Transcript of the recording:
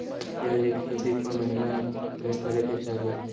प्याज के खेती कौन महीना में करेके चाही?